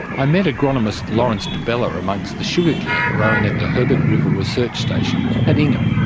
i met agronomist lawrence di bella amongst the sugar cane growing at the herbert river research station at ingham,